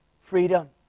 freedom